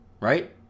right